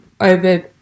over